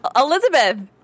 Elizabeth